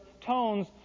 tones